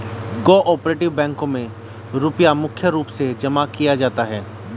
को आपरेटिव बैंकों मे रुपया मुख्य रूप से जमा किया जाता है